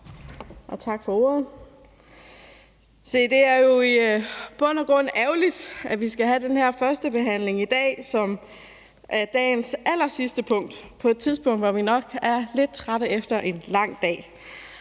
og tak for ordet. Det er jo i bund og grund ærgerligt, at vi skal have den her førstebehandling i dag, som er dagens allersidste punkt, på et tidspunkt, hvor vi nok er lidt trætte efter en lang dag,